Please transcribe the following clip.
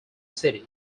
city